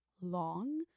long